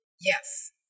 Yes